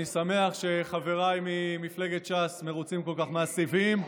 אני שמח שחבריי ממפלגת ש"ס מרוצים כל כך מהסיבים.